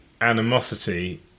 animosity